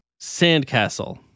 Sandcastle